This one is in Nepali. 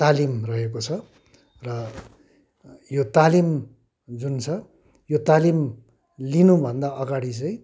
तालिम रहेको छ र यो तालिम जुन छ यो तालिम लिनुभन्दा अगाडि चाहिँ